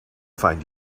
find